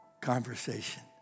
conversation